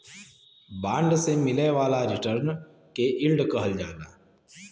bond से मिले वाला रिटर्न के यील्ड कहल जाला